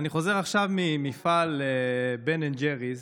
אני חוזר עכשיו ממפעל בן אנד ג'ריס.